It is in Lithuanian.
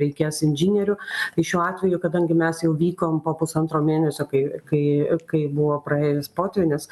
reikės inžinierių tai šiuo atveju kadangi mes jau vykom po pusantro mėnesio kai kai kai buvo praėjęs potvynis